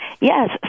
Yes